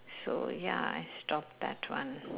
so ya I stopped that one